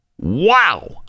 Wow